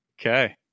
okay